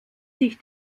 sich